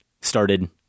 started